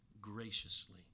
graciously